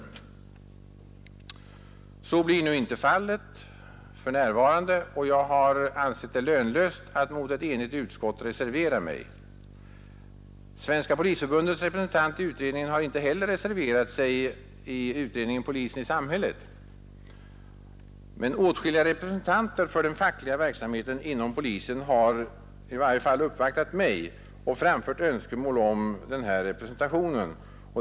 Så blir nu inte fallet, och jag har ansett det lönlöst att reservera mig mot ett enigt utskott. Svenska polisförbundets representant i 1967 års polisutredning har inte heller reserverat sig i utredningen. Åtskilliga representanter för den fackliga verksamheten inom polisen har emellertid uppvaktat mig och framfört önskemål om sådan representation.